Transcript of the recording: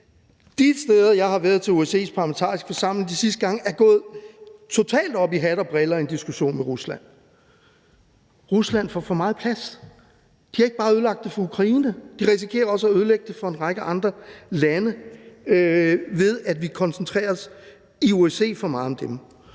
De steder, hvor jeg har været til OSCE's Parlamentariske Forsamling de sidste gange, er det gået totalt op i hat og briller i en diskussion med Rusland. Rusland får for meget plads. De har ikke bare ødelagt det for Ukraine, de risikerer også at ødelægge det for en række lande, ved at vi i OSCE koncentrerer os for meget om dem.